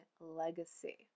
legacy